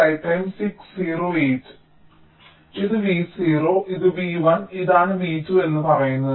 ഇത് v0 ഇത് v1 ഇതാണ് v2 എന്ന് പറയുന്നത്